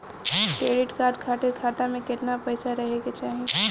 Credit card खातिर खाता में केतना पइसा रहे के चाही?